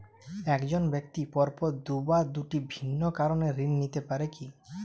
এক জন ব্যক্তি পরপর দুবার দুটি ভিন্ন কারণে ঋণ নিতে পারে কী?